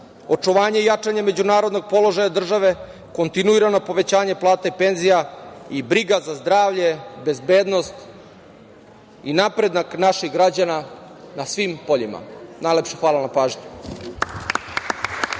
očuvanje i jačanje međunarodnog položaja države, kontinuirana povećanja plate i penzija i briga za zdravlje, bezbednost i napredak naših građana na svim poljima. Najlepše hvala na pažnji.